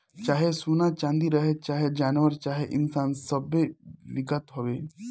चाहे सोना चाँदी रहे, चाहे जानवर चाहे इन्सान सब्बे बिकत हवे